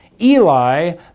Eli